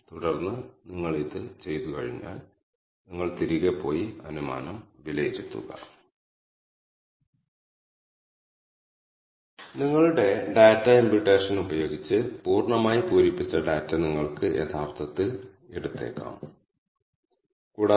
trip ക്ലസ്റ്ററിൽ അടങ്ങിയിരിക്കുന്ന വിവരങ്ങളുടെ അടുത്ത മീൻസ് എന്നത് 91 വരികൾക്കിടയിൽ ഓരോ വരിയും എന്താണെന്ന് അത് പറയും എന്നതാണ്